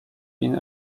been